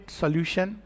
solution